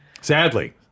Sadly